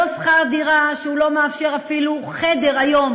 לא שכר דירה, שהוא לא מאפשר אפילו חדר היום